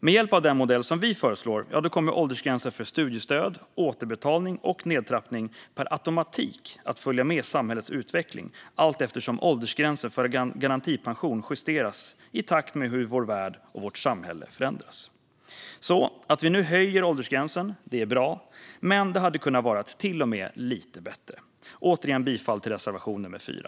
Med hjälp av den modell som vi föreslår kommer åldersgränser för studiestöd, återbetalning och nedtrappning per automatik att följa med samhällets utveckling allteftersom åldersgränsen för garantipension justeras i takt med hur vår värld och vårt samhälle förändras. Att vi nu höjer åldersgränserna är bra, men det hade till och med kunnat vara lite bättre. Återigen yrkar jag bifall till reservation nummer 4.